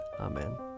Amen